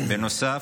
בנוסף,